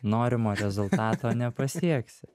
norimo rezultato nepasieksi